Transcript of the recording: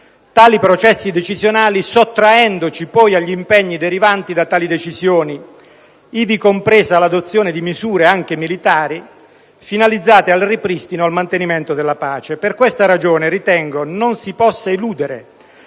tali processi decisionali sottraendoci poi agli impegni derivanti da tali decisioni, ivi compresa l'adozione di misure anche militari finalizzate al ripristino o al mantenimento della pace. Per questa ragione ritengo non si possa eludere